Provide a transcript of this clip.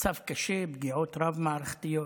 במצב קשה, פגיעות רב-מערכתיות.